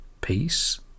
peace